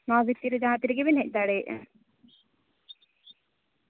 ᱱᱚᱣᱟ ᱵᱷᱤᱛᱤᱨ ᱨᱮ ᱡᱟᱦᱟᱸ ᱛᱤᱱ ᱨᱮᱜᱮ ᱵᱤᱱ ᱦᱮᱡ ᱫᱟᱲᱮᱭᱟᱜᱼᱟ